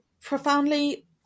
profoundly